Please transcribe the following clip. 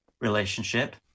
Relationship